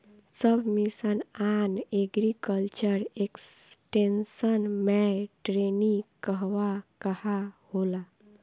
सब mission on agriculture extension मै टेरेनीं कहवा कहा होला?